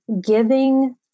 giving